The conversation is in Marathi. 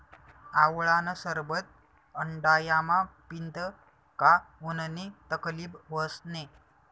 आवळानं सरबत उंडायामा पीदं का उननी तकलीब व्हस नै